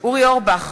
אורי אורבך,